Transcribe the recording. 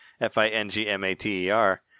f-i-n-g-m-a-t-e-r